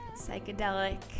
psychedelic